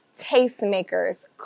tastemakers